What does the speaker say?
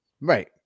Right